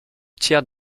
tiers